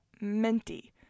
Minty